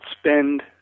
spend